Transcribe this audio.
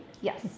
Yes